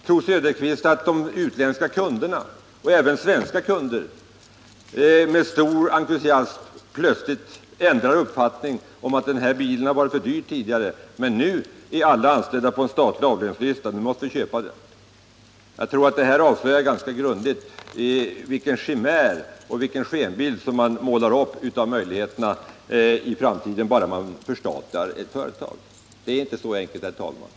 Tror Oswald Söderqvist att de utländska kunderna, eller svenska kunder, med stor entusiasm plötsligt ändrar uppfattning och anser att den här bilen som tidigare varit för dyr att köpa, nu, när alla anställda är uppförda på en statlig avlöningslista, måste vara billigare och att man därför är tvungen att köpa den? Jag tror att det här ganska grundligt avslöjar den skenbild av möjligheterna i framtiden som man målar upp bara ett företag förstatligas. Det är inte fullt så enkelt, herr talman!